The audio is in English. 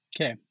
Okay